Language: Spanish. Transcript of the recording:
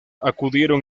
acudieron